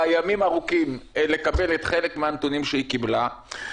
ימים ארוכים לקבל את חלק מהנתונים שהיא קיבלה.